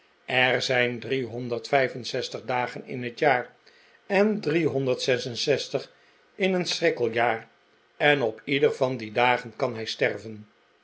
er zijn driehonderd vijf en zestig dagen in het jaar en driehonderd zes en zestig in een schrikkeljaar en op ieder van al die dagen kan hij sterven